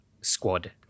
Squad